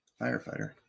Firefighter